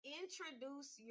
introduce